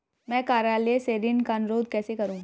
मैं कार्यालय से ऋण का अनुरोध कैसे करूँ?